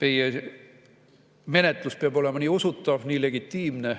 Meie menetlus peab olema usutav ja legitiimne.